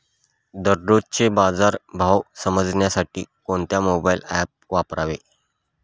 दररोजचे बाजार भाव समजण्यासाठी कोणते मोबाईल ॲप वापरावे?